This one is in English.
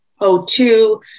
O2